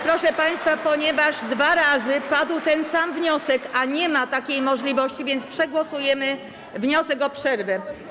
Proszę państwa, ponieważ dwa razy padł ten sam wniosek, a nie ma takiej możliwości, przegłosujemy wniosek o przerwę.